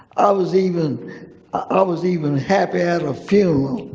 i was even ah was even happy at a funeral.